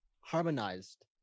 harmonized